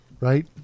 Right